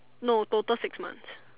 no total six months